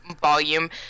volume